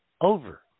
over